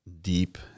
deep